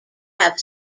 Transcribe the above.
have